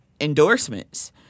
endorsements